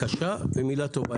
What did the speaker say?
קשה ומילה טובה.